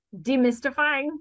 demystifying